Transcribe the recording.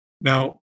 Now